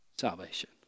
salvation